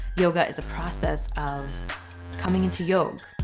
yoga is a process of coming into yog